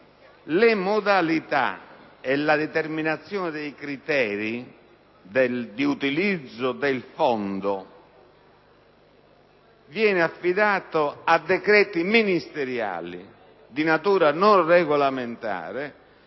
le modalità e la determinazione dei criteri di utilizzo del Fondo vengono affidati a decreti ministeriali di natura non regolamentare